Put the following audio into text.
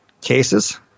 cases